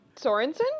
Sorensen